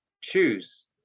choose